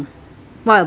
what about you